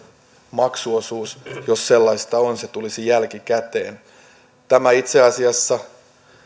maksuosuus jos sellaista on tulisi jälkikäteen tämä itse asiassa